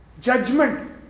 Judgment